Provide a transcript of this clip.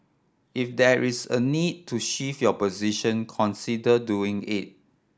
if there is a need to shift your position consider doing it